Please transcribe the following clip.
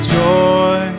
joy